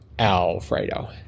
Alfredo